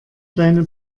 deine